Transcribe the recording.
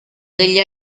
degli